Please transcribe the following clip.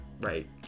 right